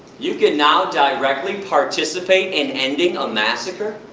you can now directly participate in ending a massacre?